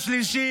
למה שהוא יקשיב?